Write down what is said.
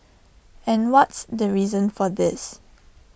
and what's the reason for this